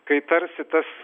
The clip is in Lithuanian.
kai tarsi tas